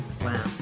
Wow